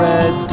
Red